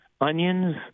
onions